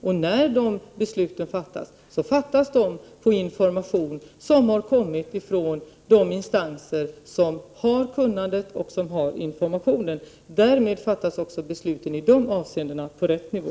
Dessa beslut fattas då på grundval av information som har kommit från de instanser som har kunnandet och informationen. Därmed fattas också besluten i de avseendena på rätt nivå.